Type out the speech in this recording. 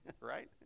right